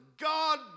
God